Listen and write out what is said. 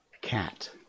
cat